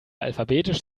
alphabetisch